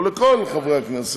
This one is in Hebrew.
כמו לכל חברי הכנסת,